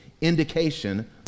indication